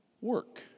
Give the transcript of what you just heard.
work